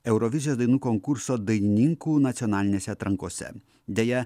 eurovizijos dainų konkurso dainininkų nacionalinėse atrankose deja